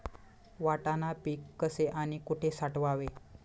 वाटाणा पीक कसे आणि कुठे साठवावे?